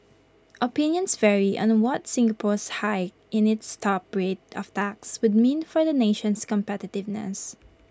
opinions vary on what Singapore's hike in its top rate of tax would mean for the nation's competitiveness